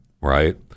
right